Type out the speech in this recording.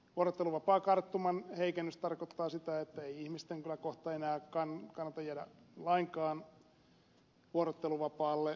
vuorotteluvapaan eläkekarttuman heikennys tarkoittaa sitä että ei ihmisten kyllä kohta enää kannata jäädä lainkaan vuorotteluvapaalle